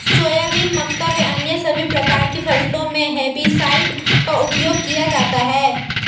soybean, मक्का व अन्य सभी प्रकार की फसलों मे हेर्बिसाइड का उपयोग किया जाता हैं